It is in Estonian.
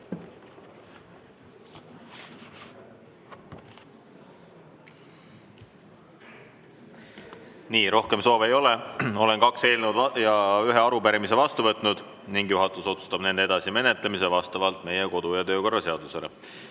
või? Rohkem soove ei ole. Olen kaks eelnõu ja ühe arupärimise vastu võtnud ning juhatus otsustab nende edasise menetlemise vastavalt meie kodu‑ ja töökorra seadusele.